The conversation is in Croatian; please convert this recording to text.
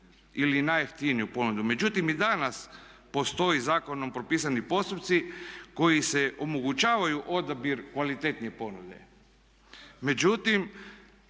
ili najjeftiniju ponudu. Međutim i danas postoje zakonom propisani postupci koji omogućavaju odabir kvalitetnije ponude.